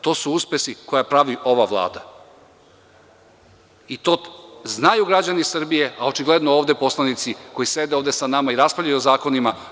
To su uspesi koje pravi ova Vlada i to znaju građani Srbije, a očigledno toga nisu svesni poslanici koji sede ovde sa nama i raspravljaju o zakonima.